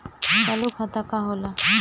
चालू खाता का होला?